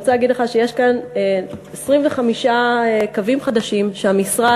אני רוצה להגיד לך שיש כאן 25 קווים חדשים שהמשרד